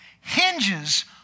hinges